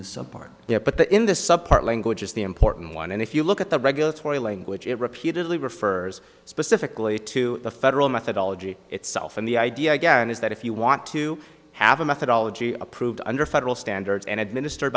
the some part there but the in the sub part language is the important one and if you look at the regulatory language it repeatedly refers specifically to the federal methodology itself and the idea again is that if you want to have a methodology approved under federal standards and administered